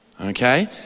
okay